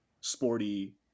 sporty